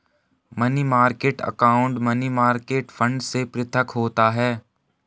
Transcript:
money market account money market fund से पृथक होता है